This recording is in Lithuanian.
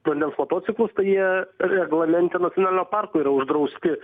vandens motociklus tai jie reglamente nacionalinio parko yra uždrausti